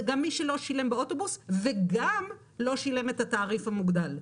זה גם מי שלא שילם באוטובוס וגם לא שילם את התעריף המוגדל.